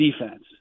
defense